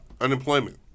unemployment